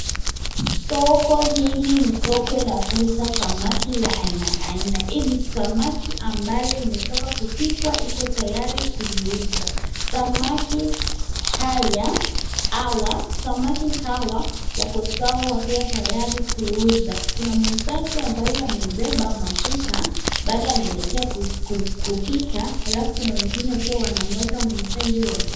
Soko hili ni soko la kuuza samaki la aina aina. Hii ni samaki ambayo imetokwa kupikwa iko tayari kuliuzwa. Samaki hawa wako sawa wakiwa tayari kuuzwa. Kuna muuzaji ambayo ameibeba mafuta bado anaelekea kupika alafu kuna mwingine wakiwa wanangoja muuzaji wa ku